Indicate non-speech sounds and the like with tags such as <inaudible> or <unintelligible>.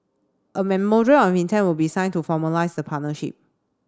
a <unintelligible> of intent will be signed to formalise the partnership